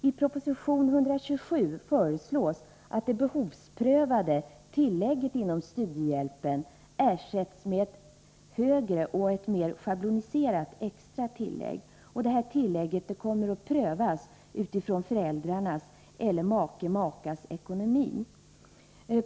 I proposition 127 föreslås att det behovsprövade tillägget inom studiehjälpen ersätts med ett högre och mer schabloniserat extra tillägg. Detta tillägg kommer att prövas mot föräldrarnas eller makas/makes ekonomi.